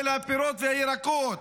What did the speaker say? של הפירות והירקות,